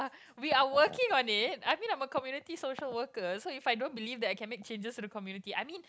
we are working on it I mean I'm a community social worker so if I don't believe that I can make changes to the community I mean